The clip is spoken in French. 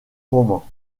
roman